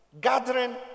Gathering